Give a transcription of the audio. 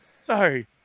Sorry